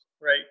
right